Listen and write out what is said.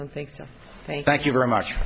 you thank you thank you very much